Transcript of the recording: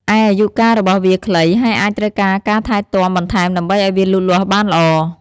ឯអាយុកាលរបស់វាខ្លី ហើយអាចត្រូវការការថែទាំបន្ថែមដើម្បីឲ្យវាលូតលាស់បានល្អ។